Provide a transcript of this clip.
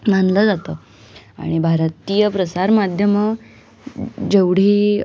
मानलं जातं आणि भारतीय प्रसारमाध्यमं जेवढी